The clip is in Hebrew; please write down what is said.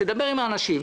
תדבר עם האנשים,